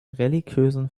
religiösen